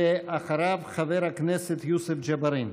ואחריו, חבר הכנסת יוסף ג'בארין.